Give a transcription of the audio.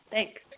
Thanks